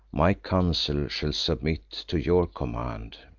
my counsel shall submit to your command.